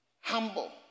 Humble